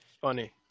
Funny